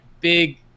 big